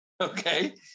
Okay